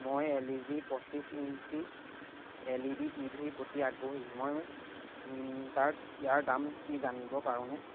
মই L E G পঁচিশ inch L E D টিভিৰ প্ৰতি আগ্ৰহী মই মিন্ত্ৰাত ইয়াৰ দাম কি জানিব পাৰোঁনে